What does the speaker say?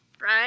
right